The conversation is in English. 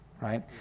Right